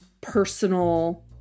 personal